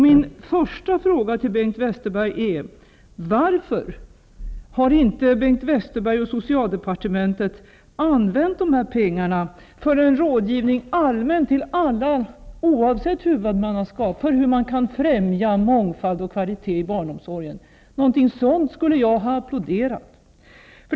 Min första fråga är: Varför har inte Bengt Wester berg och socialdepartementet använt de här peng arna till en allmän rådgivning till alla oavsett hu vudmannaskap om hur man kan främja mångfald och kvalitet i barnomsorgen? Något sådant skulle jag ha applåderat.